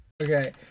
Okay